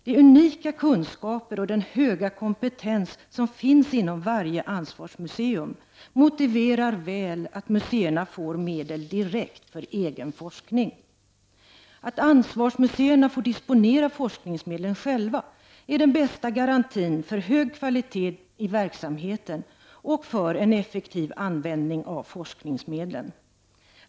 De unika kunskaper och den höga kompetens som finns inom varje anvarsmuseum motiverar väl att museerna får medel direkt för egen forskning. Att ansvarsmuseerna får disponera forskningsmedlen själva är den bästa garantin för hög kvalitet i verksamheten och för en effektiv användning av forskningsmedlen.